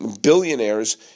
billionaires